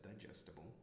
digestible